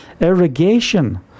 irrigation